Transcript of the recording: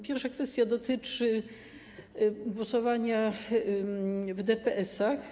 Pierwsza kwestia dotyczy głosowania w DPS-ach.